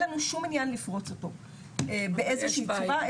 לנו שום עניין לפרוץ אותו באיזו שהיא צורה,